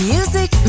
Music